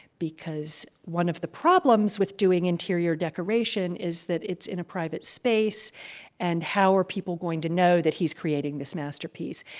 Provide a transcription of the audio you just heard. one of the problems with doing interior decoration is that it's in a private space and how are people going to know that he's creating this masterpiece?